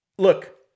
Look